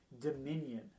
Dominion